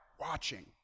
watching